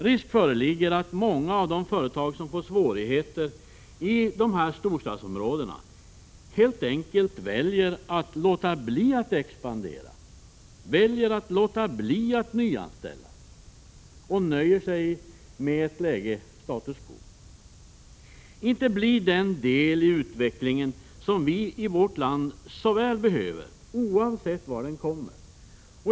Risk föreligger att många av de företag som får svårigheter i storstadsområdena helt enkelt väljer att låta bli att expandera, väljer att låta bli att nyanställa och nöjer sig med status quo. De blir inte den del i utvecklingen som vi i vårt land så väl behöver, oavsett var den kommer.